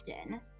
often